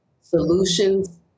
solutions